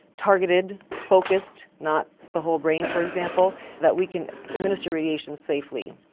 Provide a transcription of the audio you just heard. targeted, focused, not the whole brain for example, that we can administer radiation safely.